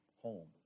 home